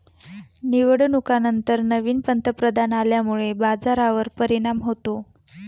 निवडणुकांनंतर नवीन पंतप्रधान आल्यामुळे बाजारावर परिणाम होतो